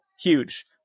huge